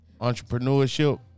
entrepreneurship